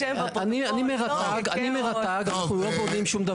--- יירשם בפרוטוקול, לא ככאוס.